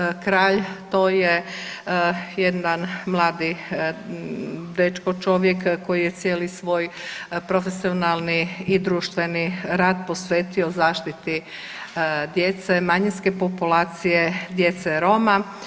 Elvis Kralj to je jedan mladi dečko, čovjek koji je cijeli svoj profesionalni i društveni rad posvetio zaštiti djece manjinske populacije, djece Roma.